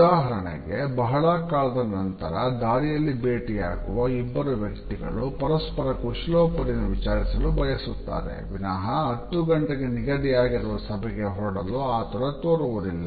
ಉದಾಹರಣೆಗೆ ಬಹಳ ಕಾಲದ ನಂತರ ದಾರಿಯಲ್ಲಿ ಭೇಟಿಯಾಗುವ ಇಬ್ಬರು ವ್ಯಕ್ತಿಗಳು ಪರಸ್ಪರರ ಕುಶಲೋಪರಿಯನ್ನು ವಿಚಾರಿಸಲು ಬಯಸುತ್ತಾರೆ ವಿನಹ 10 ಗಂಟೆಗೆ ನಿಗದಿಯಾಗಿರುವ ಸಭೆಗೆ ಹೊರಡಲು ಆತುರ ತೋರುವುದಿಲ್ಲ